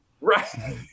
right